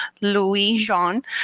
Louis-Jean